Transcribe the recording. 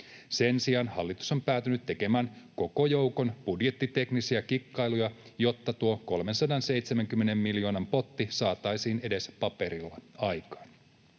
Sen sijaan hallitus on päätynyt tekemään koko joukon budjettiteknisiä kikkailuja, jotta tuo 370 miljoonan potti saataisiin edes paperilla aikaan.